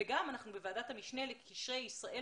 וגם אנחנו בוועדת המשנה לקשרי ישראל